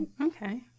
okay